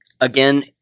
again